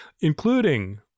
including